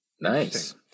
Nice